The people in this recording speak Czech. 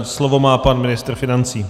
Slovo má pan ministr financí.